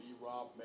Rob